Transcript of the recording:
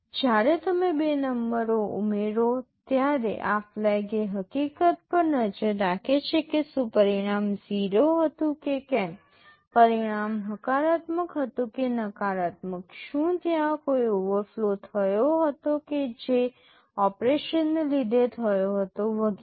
જ્યારે તમે બે નંબરો ઉમેરો ત્યારે આ ફ્લેગ એ હકીકત પર નજર રાખે છે કે શું પરિણામ 0 હતું કે કેમ પરિણામ હકારાત્મક હતું કે નકારાત્મક શું ત્યાં કોઈ ઓવરફ્લો થયો હતો કે જે ઓપરેશનને લીધે થયો હતો વગેરે